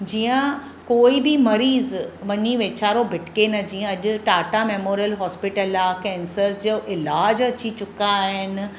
जीअं कोई बि मरीज़ु मनी वेचारो भिटके न जीअं अॼु टाटा मेमोरल हॉस्पिटल आहे केंसर जो इलाजु अची चुका आहिनि